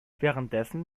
währenddessen